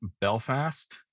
Belfast